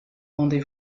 rendez